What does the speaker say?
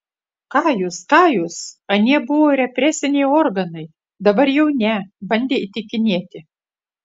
ką jūs ką jūs anie buvo represiniai organai dabar jau ne bandė įtikinėti